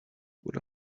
what